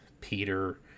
Peter